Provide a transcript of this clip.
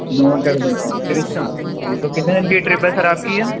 note address پہ Crysta چلیے تو کتنے دِن کی ٹرپ ہے سر آپ کی یہ